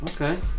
Okay